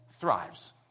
thrives